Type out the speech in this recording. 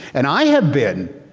and i have been